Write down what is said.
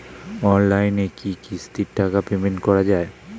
অনলাইনে কি কিস্তির টাকা পেমেন্ট করা যায়?